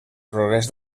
progrés